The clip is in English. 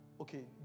okay